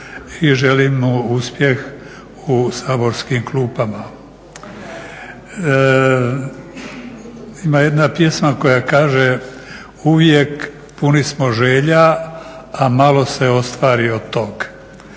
i želim mu uspjeh u saborskim klupama. Ima jedna koja kaže: "Uvijek puni smo želja a malo se ostvari od tog.",